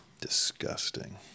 Disgusting